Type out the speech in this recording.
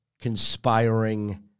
conspiring